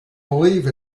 believe